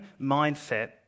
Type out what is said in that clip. mindset